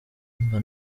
mba